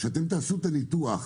כשאתם תעשו ניתוח